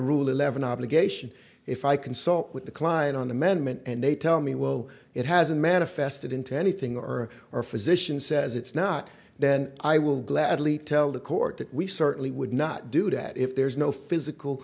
rule eleven obligation if i consult with the client on amendment and they tell me will it has a manifested into anything or or physician says it's not then i will gladly tell the court that we certainly would not do that if there's no physical